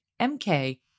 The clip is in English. MK